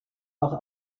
auch